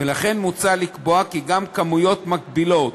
ולכן מוצע לקבוע כי גם כמויות מקבילות